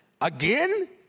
again